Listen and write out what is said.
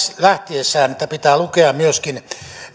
lähtiessään että pitää lukea myöskin